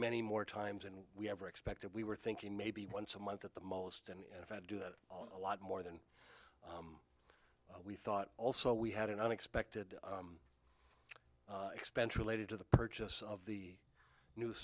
many more times and we ever expected we were thinking maybe once a month at the most and if i do that a lot more than we thought also we had an unexpected expense related to the purchase of the new